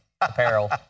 apparel